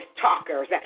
talkers